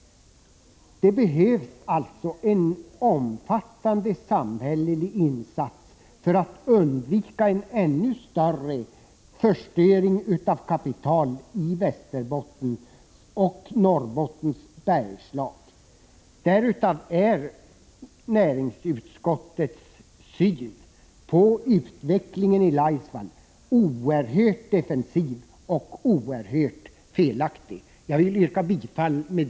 Det behövs alltså en omfattande samhällelig insats för att undvika en ännu större förstöring av kapital i Västerbottens och Norrbottens bergslag. Näringsutskottets syn på utvecklingen i Laisvall är oerhört defensiv och oerhört felaktig. Herr talman!